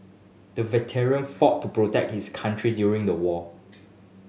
the veteran fought to protect his country during the war